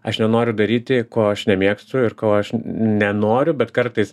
aš nenoriu daryti ko aš nemėgstu ir ko aš nenoriu bet kartais